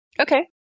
Okay